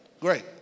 great